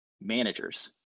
managers